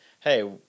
hey